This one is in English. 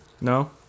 no